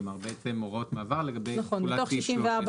כלומר הוראות מעבר לגבי תכולת סעיף 13,